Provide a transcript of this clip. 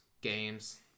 games